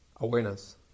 awareness